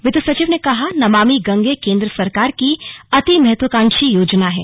वित्त सचिव ने कहा नमामि गंगे केंद्र सरकार की अति महत्वांकाक्षी योजना है